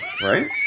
right